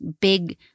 big